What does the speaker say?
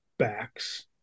backs